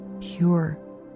pure